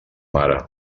mare